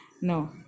no